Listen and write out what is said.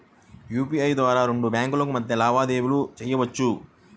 UPI ద్వారా రెండు బ్యేంకుల మధ్య లావాదేవీలను చెయ్యొచ్చు